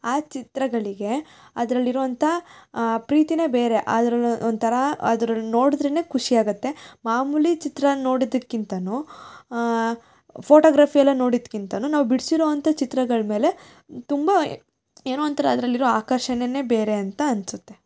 ಆ ಚಿತ್ರಗಳಿಗೆ ಅದ್ರಲ್ಲಿರುವಂಥಾ ಪ್ರೀತಿಯೇ ಬೇರೆ ಅದ್ರೊಳಗೆ ಒಂಥರಾ ಅದ್ರಲ್ಲಿ ನೋಡಿದ್ರೆನೇ ಖುಷಿ ಆಗುತ್ತೆ ಮಾಮೂಲಿ ಚಿತ್ರನ ನೋಡೋದಕ್ಕಿಂತಲೂ ಫೋಟೋಗ್ರಫಿ ಎಲ್ಲ ನೋಡಿದ್ಕಿಂತಲೂ ನಾವು ಬಿಡ್ಸಿರುವಂಥ ಚಿತ್ರಗಳ ಮೇಲೆ ತುಂಬ ಏನೋ ಒಂಥರ ಅದರಲ್ಲಿರೊ ಆಕರ್ಷಣೆಯೇ ಬೇರೆ ಅಂತ ಅನಿಸುತ್ತೆ